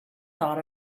thought